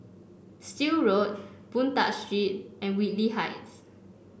Still Road Boon Tat Street and Whitley Heights